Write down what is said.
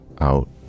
out